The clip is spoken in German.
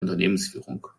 unternehmensführung